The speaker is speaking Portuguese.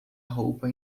roupa